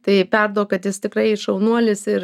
tai perduok kad jis tikrai šaunuolis ir